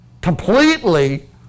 completely